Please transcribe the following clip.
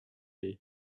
hiv